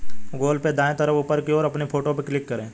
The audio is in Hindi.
गूगल पे में दाएं तरफ ऊपर की ओर अपनी फोटो पर क्लिक करें